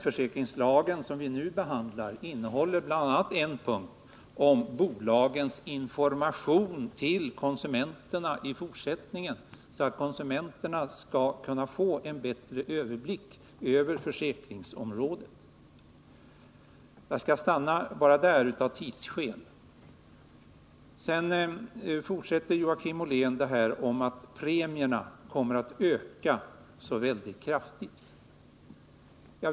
Det lagförslag som vi nu behandlar innehåller också en punkt om bolagens information till konsumenterna för att ge dessa en bättre överblick över försäkringsområdet. Av tidsskäl skall jag stanna här när det gäller denna sak. Sedan fortsätter Joakim Ollén att tala om att premierna kommer att öka så kraftigt.